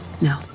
No